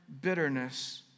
bitterness